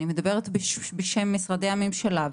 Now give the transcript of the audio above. אני מדברת בשם משרדי הממשלה,